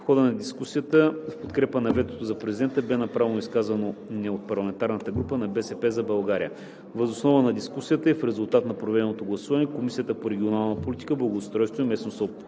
хода на дискусията в подкрепа на ветото на президента бе направено изказване от парламентарната група на „БСП за България“. Въз основа на дискусията и в резултат на проведеното гласуване Комисията по регионална политика, благоустройство и местно самоуправление